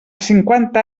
cinquanta